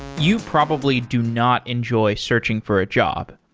you probably do not enjoy searching for a job.